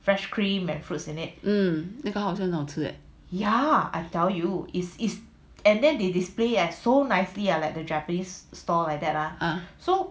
um because 好像很好吃